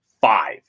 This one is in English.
five